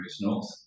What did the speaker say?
north